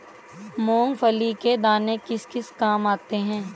मूंगफली के दाने किस किस काम आते हैं?